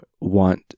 want